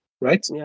right